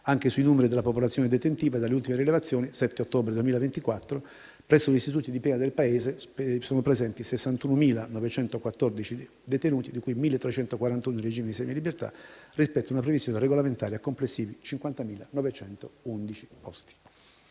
anche sui numeri della popolazione detentiva; dalle ultime rilevazioni del 7 ottobre 2024 presso gli istituti di pena del Paese sono presenti 61.914 detenuti, di cui 1.341 in regime di semilibertà, rispetto a una previsione regolamentare di complessivi 50.911 posti.